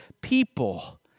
people